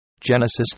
Genesis